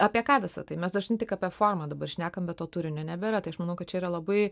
apie ką visa tai mes dažnai tik apie formą dabar šnekam bet to turinio nebėra tai aš manau kad čia yra labai